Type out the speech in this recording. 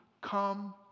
come